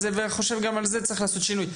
גם בזה צריך לעשות שינוי.